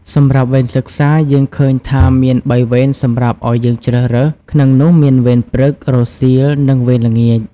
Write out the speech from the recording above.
សម្រាប់វេនសិក្សា យើងឃើញថាមាន បីវេនសម្រាប់អោយយើងជ្រើសរើស ក្នុងនោះមានវេន ព្រឹក រសៀល និងវេនល្ងាច។